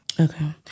Okay